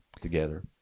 together